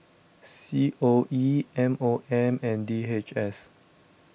C O E M O M and D H S